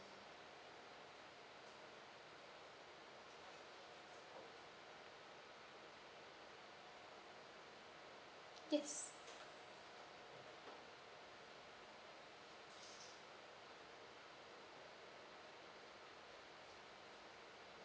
yes